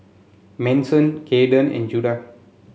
Manson Cayden and Judah